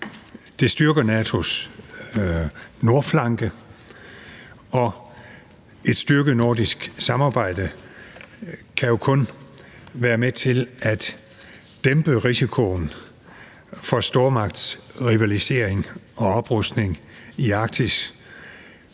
Det styrker NATO's nordflanke, og et styrket nordisk samarbejde kan jo kun være med til at dæmpe risikoen for stormagtsrivalisering og oprustning i Arktis.